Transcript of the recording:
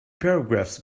paragraphs